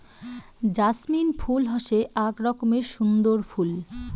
jasmine ফুল হসে আক রকমের সুন্দর ফুল